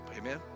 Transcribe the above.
amen